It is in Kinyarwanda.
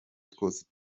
twose